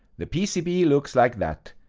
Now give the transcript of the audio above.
the pcb looks like that,